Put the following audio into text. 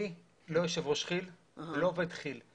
אני לא יו"ר כי"ל ולא עובד כי"ל.